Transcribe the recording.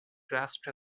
grasped